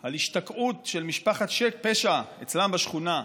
על השתקעות של משפחת פשע אצלם בשכונה,